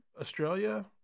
Australia